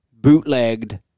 bootlegged